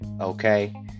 okay